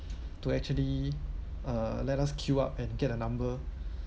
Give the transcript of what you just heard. to actually uh let us queue up and get a number